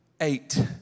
Eight